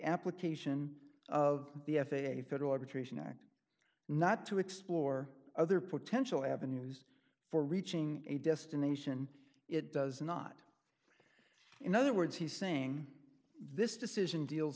application of the f a a federal arbitration act not to explore other potential avenues for reaching a destination it does not in other words he's saying this decision deals